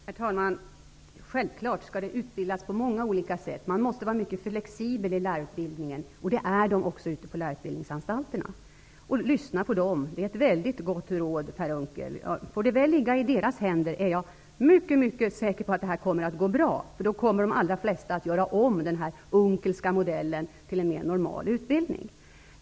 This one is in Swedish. Herr talman! Självklart skall vi utbilda på många olika sätt. Man måste vara mycket flexibel i lärarutbildningen. Det är man också på lärarutbildningsanstalterna. Lyssna på dem! Det är ett väldigt gott råd, Per Unckel. Får undervisningen väl ligga i deras händer, är jag säker på att det kommer att gå bra. Då kommer de allra flesta att göra om den Unckelska modellen till en mer normal utbildning.